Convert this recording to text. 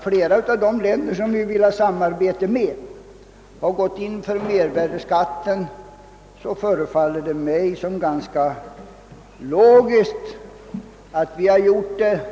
Flera av de länder med vilka vi önskar samarbeta har som bekant infört mervärdeskatt, varför det förefaller åtminstone mig 1ogiskt att också Sverige gör det.